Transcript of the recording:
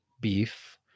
beef